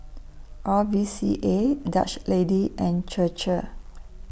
R V C A Dutch Lady and Chir Chir